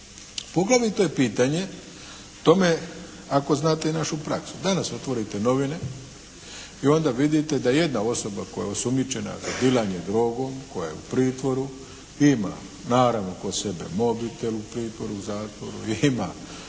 Poglavito je pitanje u tome ako znate našu praksu. Danas otvorite novine i onda vidite da jedna osoba koja je osumnjičena dilanje drogom, koja je u pritvoru ima naravno kod sebe mobitel u pritvoru, u zatvoru.